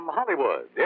Hollywood